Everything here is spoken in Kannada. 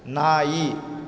ನಾಯಿ